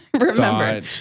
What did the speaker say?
remember